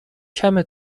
کمه